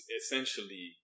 essentially